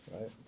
right